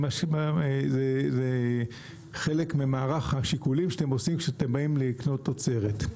וזה חלק ממערך השיקולים שאתם עושים כשאתם באים לקנות תוצרת.